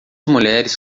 mulheres